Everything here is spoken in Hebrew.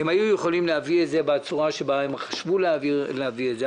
הם היו יכולים להביא את זה בצורה שבה הם חשבו להביא את זה.